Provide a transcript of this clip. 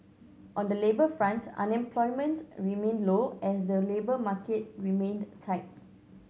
on the labour fronts unemployment's remained low as the labour market remained tight